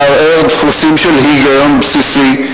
לערער דפוסים של היגיון בסיסי,